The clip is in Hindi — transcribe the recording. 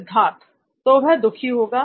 सिद्धार्थ तो वह दुखी होगा